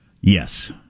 Yes